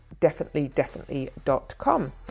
definitelydefinitely.com